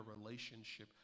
relationship